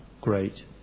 great